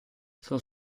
sono